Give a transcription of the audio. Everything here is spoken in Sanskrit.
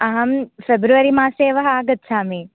अहं फ़ेब्रवरी मासे एव आगच्छामि